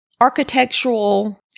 architectural